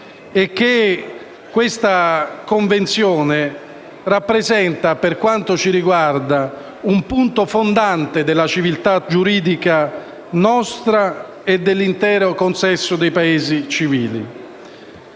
e minaccia. La Convenzione rappresenta, per quanto ci riguarda, un punto fondante della civiltà giuridica nostra e dell'intero consesso dei Paesi civili.